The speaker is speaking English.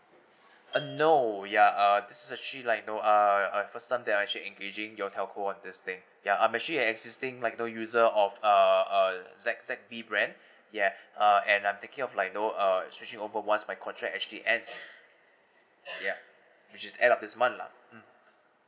uh no ya uh this is actually like you know uh the first time that I actually engaging your telco on this thing ya I'm actually existing like the user of uh uh Z_Z_T brand ya uh and I'm taking of like you know uh switching over once my contract actually ends yup actually end of this month lah mm